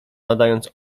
nadając